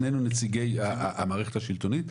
שנינו נציגי המערכת השלטונית,